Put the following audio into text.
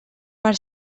per